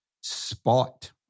spot